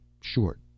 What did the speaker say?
short